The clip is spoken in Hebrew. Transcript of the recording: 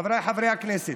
חבריי חברי הכנסת,